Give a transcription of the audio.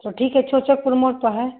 तो ठीक हे हैं